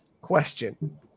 question